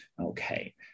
Okay